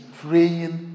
praying